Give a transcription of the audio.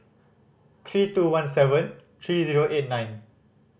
three two one seven three zero eight nine